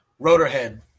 Rotorhead